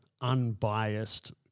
unbiased